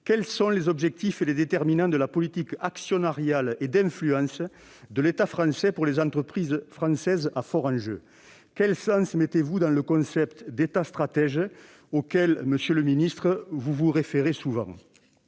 Quels sont les objectifs et les déterminants de la politique actionnariale et d'influence de l'État français en ce qui concerne les entreprises françaises à forts enjeux ? Quel sens donnez-vous au concept d'« État stratège » auquel, monsieur le ministre, vous vous référez si souvent ?